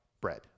bread